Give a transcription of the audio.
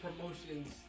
promotions